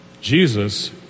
Jesus